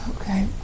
Okay